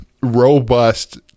robust